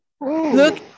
Look